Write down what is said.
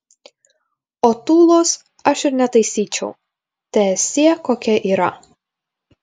o tūlos aš ir netaisyčiau teesie kokia yra